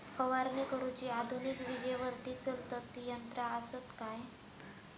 फवारणी करुची आधुनिक विजेवरती चलतत ती यंत्रा आसत काय?